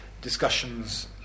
discussions